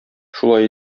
шулай